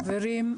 חברים,